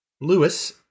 Lewis